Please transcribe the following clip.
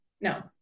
No